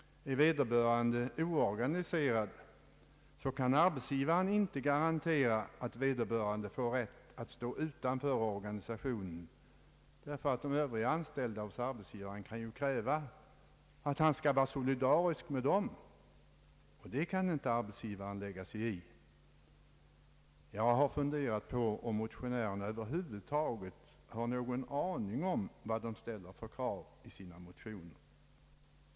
Om vederbörande är oorganiserad kan arbetsgivaren inte garantera rätt att stå utanför organisationen, därför att Övriga anställda hos arbetsgivaren kan kräva att han skall vara solidarisk med dem. Jag har funderat på om motionärerna över huvud taget har någon aning om innebörden i de krav de ställer i sina motioner.